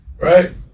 Right